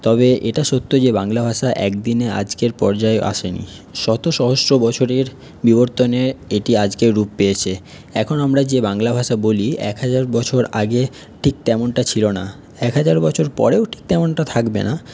তবে এটা সত্য যে বাংলা ভাষা একদিনে আজকের পর্যায়ে আসে নি শত সহস্র বছরের বিবর্তনে এটি আজকের রূপ পেয়েছে এখন আমরা যে বাংলা ভাষা বলি এক হাজার বছর আগে ঠিক তেমনটা ছিল না এক হাজার বছর পরেও ঠিক তেমনটা থাকবে না